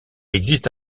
existe